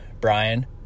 brian